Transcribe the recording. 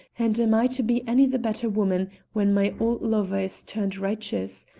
and am i to be any the better woman when my old lover is turned righteous?